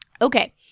Okay